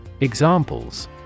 Examples